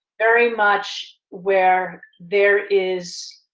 very much where there is.